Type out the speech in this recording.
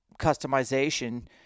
customization